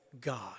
God